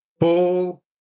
Paul